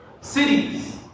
cities